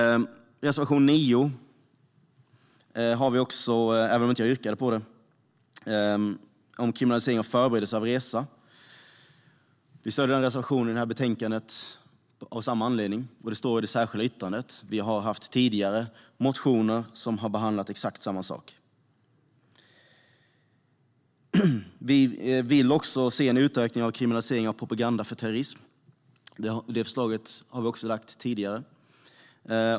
Reservation 9, som jag inte yrkade bifall till, handlar om kriminalisering av förberedelse av resa. Vi stöder reservationen i betänkandet av samma anledning. Det står i det särskilda yttrandet. Vi har haft tidigare motioner som har behandlat exakt samma sak. Vi vill också se en utökning av kriminalisering av propaganda för terrorism. Det förslaget har vi också lagt fram tidigare.